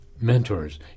mentors